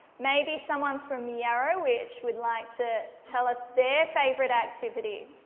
maybe someone from yarrowitch would like to tell us their favourite activity.